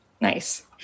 Nice